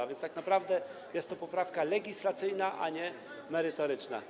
A więc tak naprawdę jest to poprawka legislacyjna, a nie merytoryczna.